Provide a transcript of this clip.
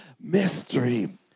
mystery